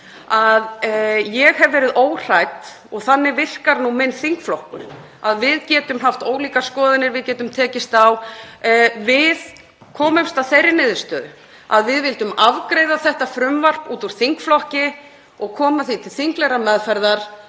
að ég hef verið óhrædd og þannig virkar nú minn þingflokkur að við getum haft ólíkar skoðanir, við getum tekist á. Við komumst að þeirri niðurstöðu að við vildum afgreiða þetta frumvarp út úr þingflokki og koma því til þinglegrar meðferðar.